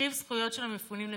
הרחיב זכויות של המפונים לפיצויים.